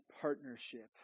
partnership